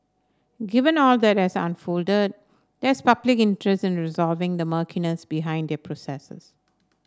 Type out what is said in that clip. given all that has unfolded there is public interest in resolving the murkiness behind their processes